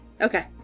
Okay